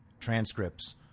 transcripts